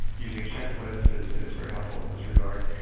using checklists is is very helpful in this regard.